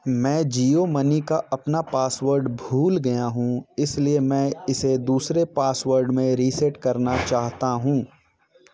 मैं जियो मनी का अपना पासवर्ड भूल गया हूँ इसलिए मैं इसे दूसरे पासवर्ड में रीसेट करना चाहता हूँ